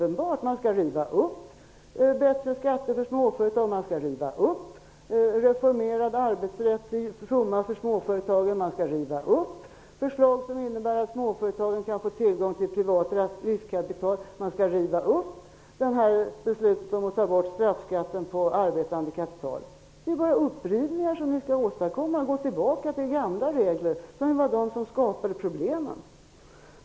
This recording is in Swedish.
Det är åtskilligt som man skall riva upp: lägre skatter för småföretag, en reformerad arbetsrätt till fromma för småföretagen, förslag som innebär att småföretagen kan få tillgång till privat riskkapital, beslutet om att ta bort straffskatten på arbetande kapital. Det är bara upprivningar och en återgång till gamla regler som ni skall åstadkomma. Det var ju de gamla reglerna som skapade problemen.